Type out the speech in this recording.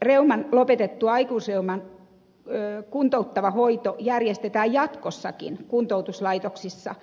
reuman lopetettua aikuisreuman kuntouttava hoito järjestetään jatkossakin kuntoutuslaitoksissa